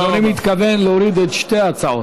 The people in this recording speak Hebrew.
אדוני מתכוון להוריד את שתי ההצעות.